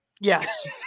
Yes